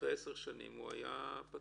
אחרי 10 שנים הוא היה פטור.